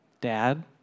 dad